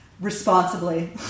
responsibly